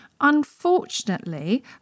Unfortunately